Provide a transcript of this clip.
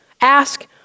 ask